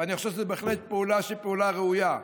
ואני חושב שזו בהחלט פעולה שהיא פעולה ראויה.